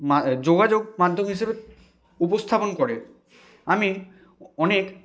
মা যোগাযোগ মাধ্যম হিসেবে উপস্থাপন করে আমি অনেক